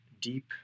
deep